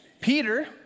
Peter